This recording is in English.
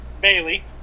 Bailey